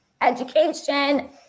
education